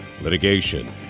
litigation